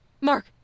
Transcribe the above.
Mark